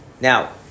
Now